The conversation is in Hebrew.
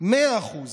מאה אחוז.